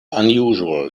unusual